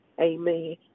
amen